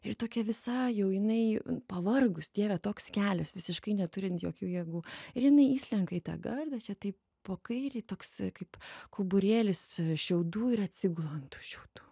ir tokia visa jau jinai pavargus dieve toks kelias visiškai neturint jokių jėgų ir jinai įslenka į tą gardą čia taip po kairei toks kaip kauburėlis šiaudų ir atsigula ant tų šiaudų